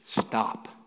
Stop